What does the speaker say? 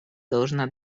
должна